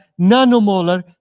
nanomolar